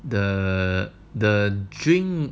the the drink